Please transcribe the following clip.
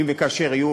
אם וכאשר יהיו,